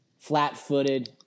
Flat-footed